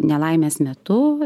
nelaimės metu